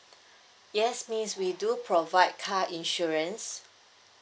yes miss we do provide car insurance